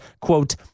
quote